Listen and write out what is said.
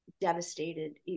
devastated